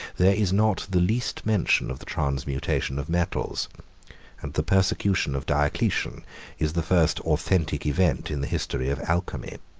there is not the least mention of the transmutation of metals and the persecution of diocletian is the first authentic event in the history of alchemy.